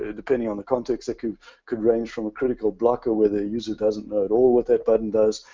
ah depending on the context, that could could range from a critical blocker where the user doesn't know at all what that button does,